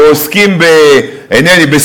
או עוסקים בסוריה,